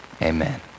Amen